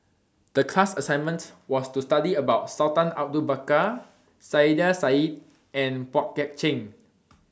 The class assignment was to study about Sultan Abu Bakar Saiedah Said and Pang Guek Cheng